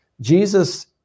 Jesus